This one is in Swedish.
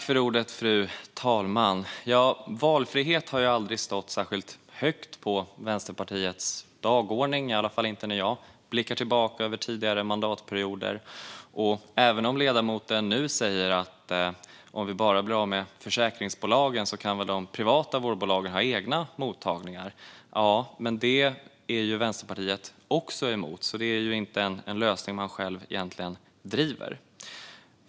Fru talman! Valfrihet har ju aldrig stått särskilt högt på Vänsterpartiets dagordning, i alla fall inte när jag blickar tillbaka på tidigare mandatperioder. Även om ledamoten nu säger att om vi bara blir av med försäkringsbolagen kan väl de privata vårdbolagen ha egna mottagningar. Jovisst, men det är ju Vänsterpartiet också emot, så det är egentligen inte en lösning de själva driver.